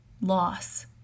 loss